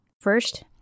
First